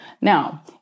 Now